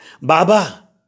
Baba